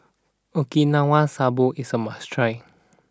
Okinawa Soba is a must try